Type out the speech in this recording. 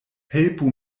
helpu